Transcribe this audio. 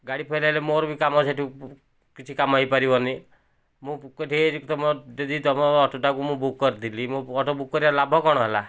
ଗାଡ଼ି ଫେଲ୍ ହେଲେ ମୋର ବି କାମ ସେଟୁ କିଛି କାମ ହୋଇପାରିବନି ମୁଁ ତୁମ ଅଟୋଟାକୁ ମୁଁ ବୁକ୍ କରିଥିଲି ମୋ ଅଟୋ ବୁକ୍ କରିବାର ଲାଭ କ'ଣ ହେଲା